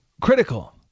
critical